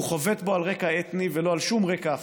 הוא חובט בו על רקע אתני ולא על שום רקע אחר.